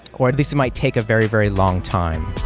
or at least it might take a very, very long time.